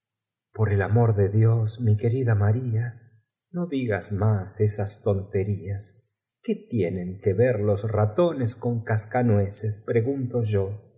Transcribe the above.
por el amo r de dios mi quer ida farla no digas más esas tonterías qué tienen que ver los rato nes con cascanuecesf pregunto yo